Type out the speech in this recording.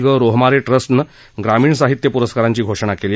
ग रोहमारे ट्रस्टनं ग्रामीण साहित्य प्रस्कारांची घोषणा केली